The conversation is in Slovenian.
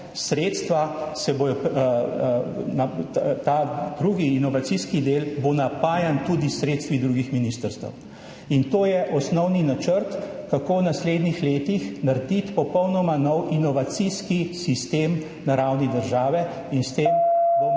dejavnost, ta drugi, inovacijski del, bo napajan tudi s sredstvi drugih ministrstev. To je osnovni načrt, kako v naslednjih letih narediti popolnoma nov inovacijski sistem na ravni države, in s tem bomo